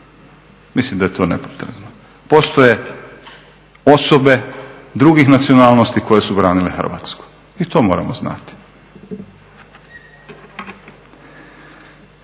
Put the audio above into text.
Mislim da je to nepotrebno. Postoje osobe drugih nacionalnosti koje su branile Hrvatsku, i to moramo znati.